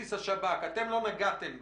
בסיס השב"כ, אתם לא נגעתם בהם.